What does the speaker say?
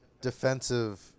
defensive –